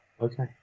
Okay